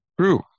true